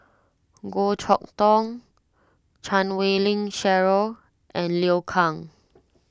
Goh Chok Tong Chan Wei Ling Cheryl and Liu Kang